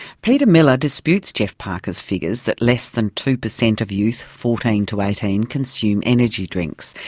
peter miller disputes geoff parker's figures that less than two percent of youth fourteen to eighteen consume energy drinks.